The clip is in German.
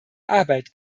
arbeit